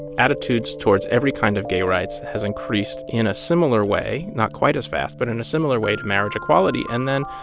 attitudes towards every kind of gay rights has increased in a similar way not quite as fast, but in a similar way to marriage equality. and then,